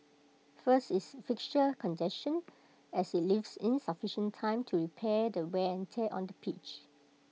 first is fixture congestion as IT leaves insufficient time to repair the wear and tear on the pitch